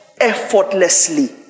effortlessly